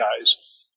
guys